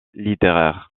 littéraire